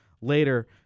later